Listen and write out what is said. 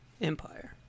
Empire